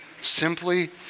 simply